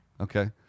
Okay